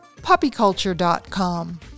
puppyculture.com